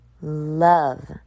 love